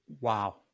wow